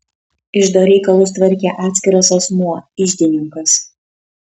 iždo reikalus tvarkė atskiras asmuo iždininkas